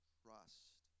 trust